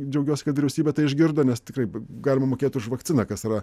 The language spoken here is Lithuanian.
džiaugiuos kad vyriausybė tai išgirdo nes tikrai galima mokėt už vakciną kas yra